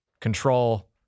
control